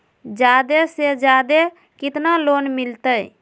जादे से जादे कितना लोन मिलते?